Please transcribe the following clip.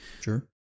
Sure